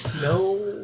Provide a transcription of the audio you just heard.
No